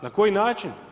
Na koji način?